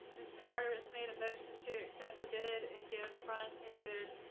this carter has made a motion to accept the bid and gift from hagar.